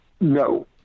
no